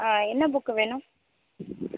ஆ என்ன புக்கு வேணும்